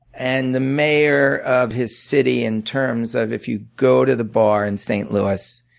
and the mayor of his city in terms of if you go to the bar in st. louis,